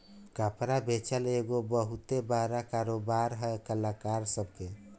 कपड़ा बेचल एगो बहुते बड़का कारोबार है कलाकार सभ के